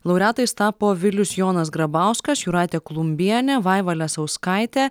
laureatais tapo vilius jonas grabauskas jūratė klumbienė vaiva lesauskaitė